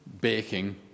baking